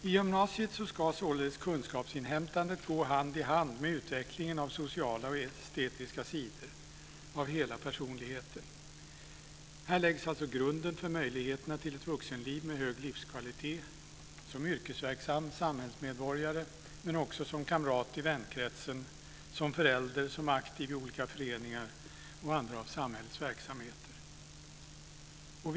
I gymnasiet ska således kunskapsinhämtandet gå hand i hand med utvecklingen av sociala och estetiska sidor av hela personligheten. Här läggs alltså grunden för möjligheterna till ett vuxenliv med hög livskvalitet som yrkesverksam samhällsmedborgare men också som kamrat i vänkretsen, som förälder, som aktiv i olika föreningar och i andra av samhällets verksamheter.